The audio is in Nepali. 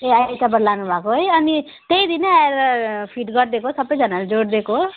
ए आइतावार लानुभएको है अनि त्यहि दिन नै आएर फिट गरिदिएको सबैजनाले जोडिदिएको